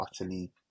utterly